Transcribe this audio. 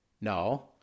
No